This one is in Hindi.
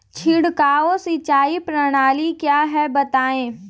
छिड़काव सिंचाई प्रणाली क्या है बताएँ?